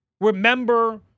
Remember